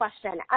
question